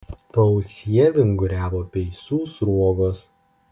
paausyje vinguriavo peisų sruogos